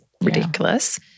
ridiculous